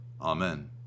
Amen